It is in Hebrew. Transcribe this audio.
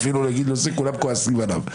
כולם כועסים עליו,